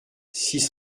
six